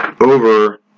over